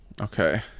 okay